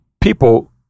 people